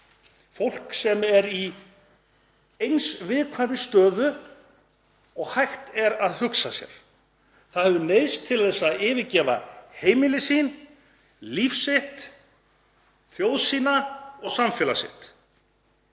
fólk sem er í eins viðkvæmri stöðu og hægt er að hugsa sér. Það hefur neyðst til að yfirgefa heimili sitt, líf sitt, þjóð sína og samfélag,